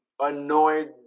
annoyed